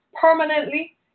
permanently